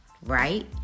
Right